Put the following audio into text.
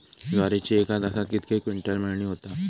ज्वारीची एका तासात कितके क्विंटल मळणी होता?